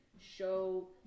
show